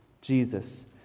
Jesus